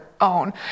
own